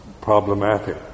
problematic